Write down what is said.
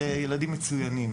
אלה ילדים מצוינים.